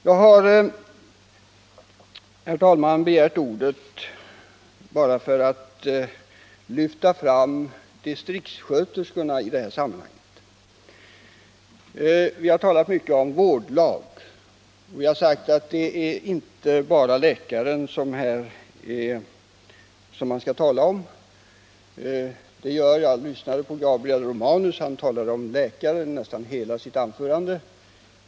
Jag har, herr talman, begärt ordet för att i det här sammanhanget lyfta fram frågan om distriktssköterskorna. Vi har talat mycket om vårdlag, och vi har sagt att det inte bara är läkaren man skall tala om. Jag lyssnade på Gabriel Romanus, och han talade om läkarna i nästan hela sitt anförande.